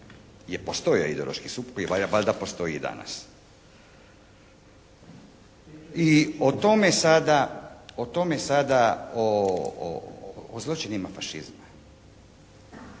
postojao je ideološki sukob i valjda postoji i danas. I o tome sada, o zločinima fašizma